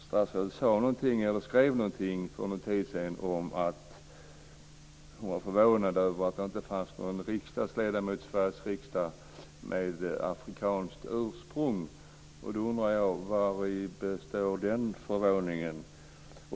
Statsrådet sade eller skrev någonting för en tid sedan om att hon var förvånad över att det inte fanns någon riksdagsledamot i Sveriges riksdag med afrikanskt ursprung. Då undrar jag: Vari består den förvåningen?